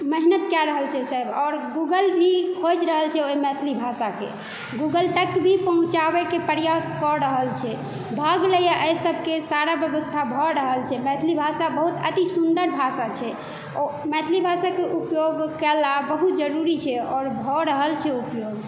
मेहनत कए रहल छै सब आओर गूगल भी खोजि रहल छै ओहि मैथिली भाषा के गूगल तक भी पहुँचाबयके प्रयास कऽ रहल छै भऽ गेलैया एहि सबके सारा व्यवस्था भऽ रहल छै मैथिली भाषा अति सुन्दर भाषा छै ओ मैथिली भाषाक उपयोग कयला बहुत जरूरी छै आओर भऽ रहल छै उपयोग